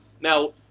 Now